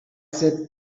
that